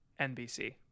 NBC